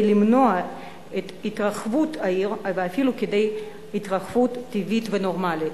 למנוע את התרחבות העיר אפילו כדי התרחבות טבעית ונורמלית.